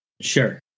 Sure